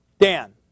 Dan